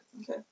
Okay